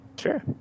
Sure